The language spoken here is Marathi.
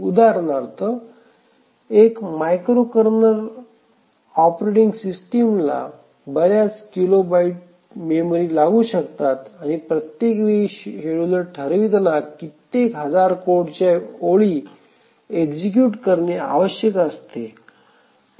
उदाहरणार्थ एक मायक्रो कर्नल रीऑपरेटिंग सिस्टमला बर्याच किलोबाइट मेमरी लागू शकतात आणि प्रत्येक वेळी शेड्युलर ठरविताना कित्येक हजार कोडच्या ओळी एक्सुकूयट करणे आवश्यक असते